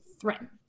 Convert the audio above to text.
threatened